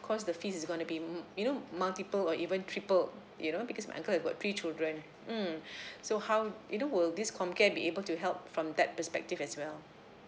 course the fees is going to be you m~ know multiple or even tripled you know because my uncle has got three children mm so how you know will this comcare be able to help from that perspective as well